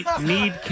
Need